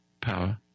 power